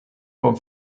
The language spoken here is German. vom